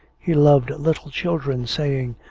he loved little children, saying,